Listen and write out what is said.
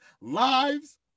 lives